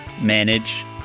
manage